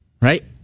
Right